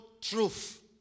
truth